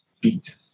beat